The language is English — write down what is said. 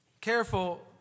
Careful